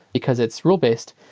because it's rule-based,